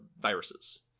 viruses